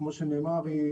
כמו שנאמר,